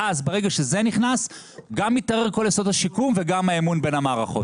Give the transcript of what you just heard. ואז ברגע שזה נכנס גם מתערער כל יסוד השיקום וגם האמון בין המערכות.